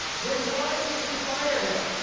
then why did you fire him?